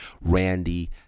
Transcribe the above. Randy